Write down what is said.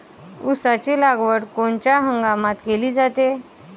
ऊसाची लागवड कोनच्या हंगामात केली जाते?